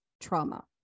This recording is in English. trauma